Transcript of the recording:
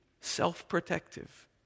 self-protective